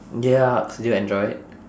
yucks did you enjoy it